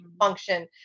function